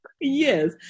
Yes